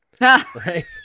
right